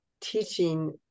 teaching